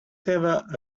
have